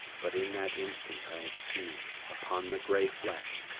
but in that instant i had seen, upon the gray flesh,